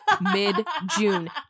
mid-June